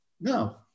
No